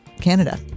Canada